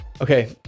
Okay